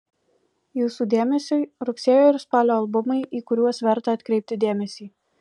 jūsų dėmesiui rugsėjo ir spalio albumai į kuriuos verta atkreipti dėmesį